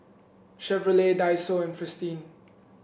Chevrolet Daiso and Fristine